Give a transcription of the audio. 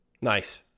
Nice